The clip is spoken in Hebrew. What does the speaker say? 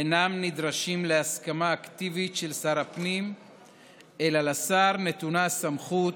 אינם נדרשים להסכמה אקטיבית של שר הפנים אלא לשר נתונה הסמכות,